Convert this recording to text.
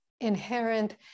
inherent